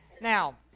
now